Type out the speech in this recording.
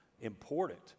important